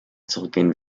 zurückgehen